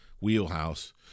wheelhouse